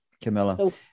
Camilla